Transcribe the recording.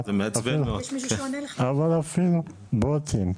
אבל אפילו בוטים,